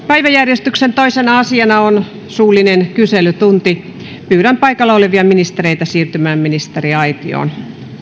päiväjärjestyksen toisena asiana on suullinen kyselytunti pyydän paikalla olevia ministereitä siirtymään ministeriaitioon